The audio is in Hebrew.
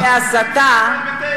ההבחנה בין ביקורת להסתה,